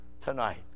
tonight